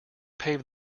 pave